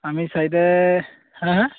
আমি চাৰিটাই হা হা